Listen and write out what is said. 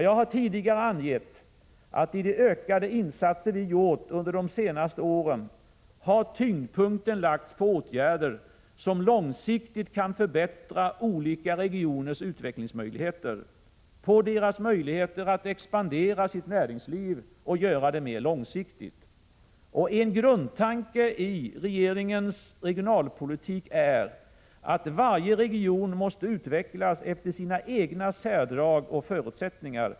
Jag har tidigare angett att i de ökade insatser vi gjort under de senaste åren har tyngdpunkten lagts på åtgärder som långsiktigt kan förbättra olika regioners utvecklingsmöjligheter, på deras möjligheter att expandera sitt näringsliv och göra det mera mångsidigt. En grundtanke i regeringens regionalpolitik är att varje region måste utvecklas efter sina egna särdrag och förutsättningar.